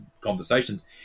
conversations